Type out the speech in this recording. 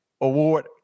Award